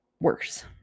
worse